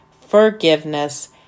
forgiveness